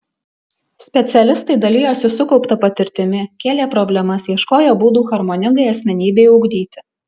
specialistai dalijosi sukaupta patirtimi kėlė problemas ieškojo būdų harmoningai asmenybei ugdyti